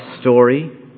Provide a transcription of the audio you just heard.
story